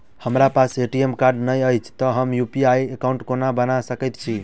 हमरा पास ATM card नहि अछि तए हम यु.पी.आई एकॉउन्ट कोना बना सकैत छी